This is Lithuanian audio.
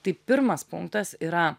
tai pirmas punktas yra